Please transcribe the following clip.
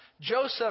Joseph